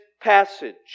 passage